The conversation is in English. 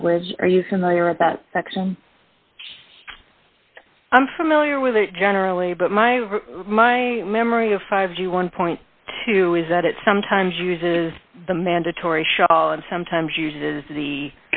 language are you familiar with that section i'm familiar with generally but my my memory of five g one point two is that it sometimes uses the mandatory shawl and sometimes uses the